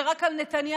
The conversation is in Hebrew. זה רק על נתניהו,